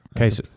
Okay